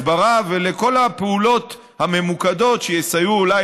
לפעולות של הסברה ולכל הפעולות הממוקדות שיסייעו אולי